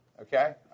Okay